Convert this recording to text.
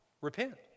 Repent